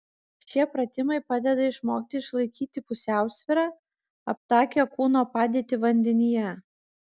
šie pratimai padeda išmokti išlaikyti pusiausvyrą aptakią kūno padėtį vandenyje